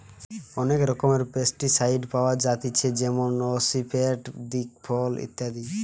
অনেক রকমের পেস্টিসাইড পাওয়া যায়তিছে যেমন আসিফেট, দিকফল ইত্যাদি